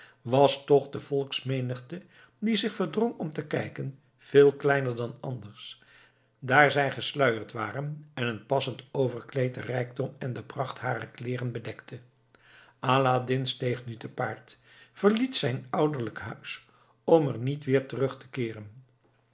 was toch de volksmenigte die zich verdrong om te kijken veel kleiner dan anders daar zij gesluierd waren en een passend overkleed den rijkdom en de pracht harer kleeren bedekte aladdin steeg nu te paard verliet zijn ouderlijk huis om er niet weer terug te keeren